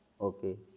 Okay